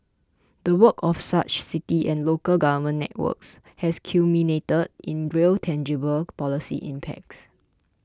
the work of such city and local government networks has culminated in real tangible policy impacts